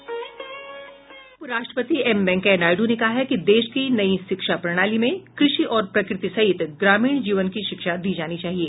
उप राष्ट्रपति एम वेंकैया नायडू ने कहा है कि देश की नई शिक्षा प्रणाली में कृषि और प्रकृति सहित ग्रामीण जीवन की शिक्षा दी जानी चाहिए